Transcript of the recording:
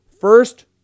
first